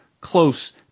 close